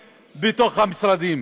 במשרדים.